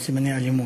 עם סימני אלימות.